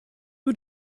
who